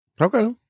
Okay